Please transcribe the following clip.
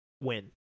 win